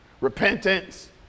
repentance